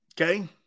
Okay